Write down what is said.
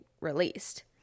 released